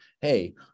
hey